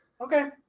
Okay